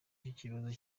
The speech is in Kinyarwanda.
cy’ikibazo